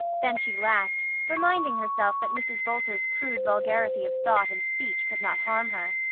then she laughed, reminding herself that mrs. boulter's crude vulgarity of thought and speech could not harm her.